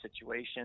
situation